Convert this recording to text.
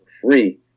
free